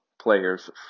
players